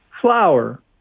flower